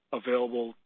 available